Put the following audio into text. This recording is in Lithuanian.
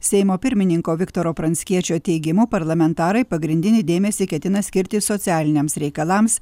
seimo pirmininko viktoro pranckiečio teigimu parlamentarai pagrindinį dėmesį ketina skirti socialiniams reikalams